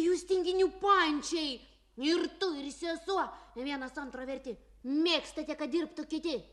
jūs tinginių pančiai ir tu ir sesuo vienas antro verti mėgstate kad dirbtų kiti